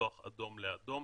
לפתוח כרגע אדום לאדום.